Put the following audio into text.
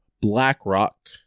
BlackRock